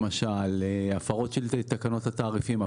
הפרות של תקנות התעריפים,